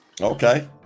okay